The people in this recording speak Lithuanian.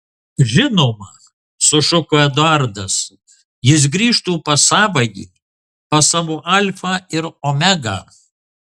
žinoma sušuko eduardas jis grįžtų pas savąjį pas savo alfą ir omegą